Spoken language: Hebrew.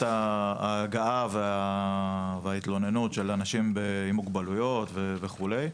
ההגעה והתלונות של אנשים עם מוגבליות וכו'.